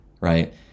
right